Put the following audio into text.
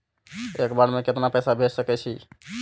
एक बार में केतना पैसा भेज सके छी?